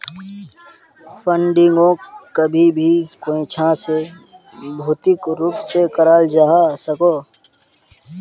फंडिंगोक कभी भी कोयेंछा से भौतिक रूप से कराल जावा सकोह